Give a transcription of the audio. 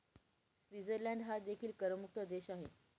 Switzerland हा देखील करमुक्त देश आहे